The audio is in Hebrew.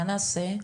מה נעשה.